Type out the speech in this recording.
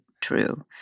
true